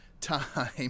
time